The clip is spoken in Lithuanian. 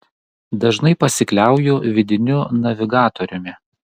dažnai pasikliauju vidiniu navigatoriumi